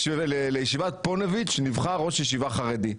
לישיבת פוניבז' נבחר ראש ישיבה חרדי.